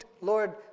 Lord